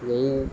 यही